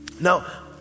Now